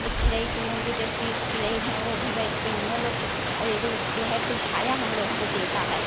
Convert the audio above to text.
ते चिरई शुरू होंगे जब चीर चिरई हैं वह भी बैठती हैं ओनहु लोग के और ये जो जो है कुल छाया हम लोग को देता है